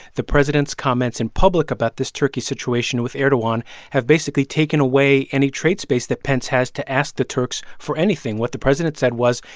the president's comments in public about this turkey situation with erdogan have basically taken away any trade space that pence has to ask the turks for anything. what the president said was,